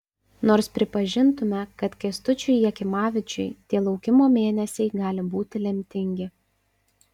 nors pripažintume kad kęstučiui jakimavičiui tie laukimo mėnesiai gali būti lemtingi